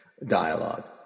dialogue